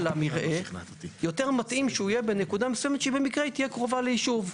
המרעה מתאים יותר שהוא יהיה בנקודה מסוימת שבמקרה תהיה קרובה ליישוב,